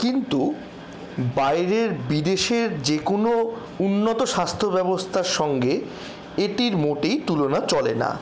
কিন্তু বাইরের বিদেশের যে কোনো উন্নত স্বাস্থ্য ব্যবস্থার সঙ্গে এটির মোটেই তুলনা চলে না